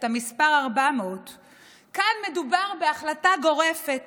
את המספר 400. כאן מדובר בהחלטה גורפת